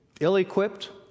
ill-equipped